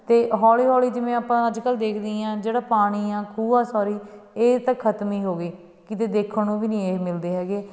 ਅਤੇ ਹੌਲੀ ਹੌਲੀ ਜਿਵੇਂ ਆਪਾਂ ਅੱਜ ਕੱਲ੍ਹ ਦੇਖਦੇ ਹੀ ਹਾਂ ਜਿਹੜਾ ਪਾਣੀ ਆ ਖੂਹ ਆ ਸੋਰੀ ਇਹ ਤਾਂ ਖਤਮ ਹੀ ਹੋ ਗਏ ਕਿਤੇ ਦੇਖਣ ਨੂੰ ਵੀ ਨਹੀਂ ਇਹ ਮਿਲਦੇ ਹੈਗੇ